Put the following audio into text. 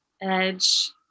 edge